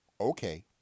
okay